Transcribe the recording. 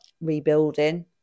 rebuilding